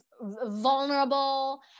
vulnerable